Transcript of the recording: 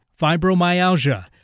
fibromyalgia